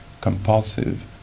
compulsive